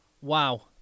Wow